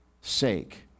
sake